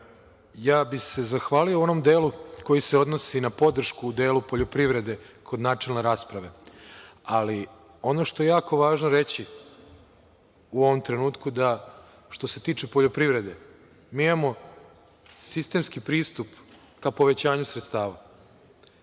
Ja bi se zahvalio u onom delu koji se odnosi na podršku u delu poljoprivrede kod načelne rasprave. Ali, ono što je jako važno reći u ovom trenutku da, što se tiče poljoprivrede, mi imamo sistemski pristup ka povećanju sredstava